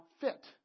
fit